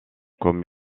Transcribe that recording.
comme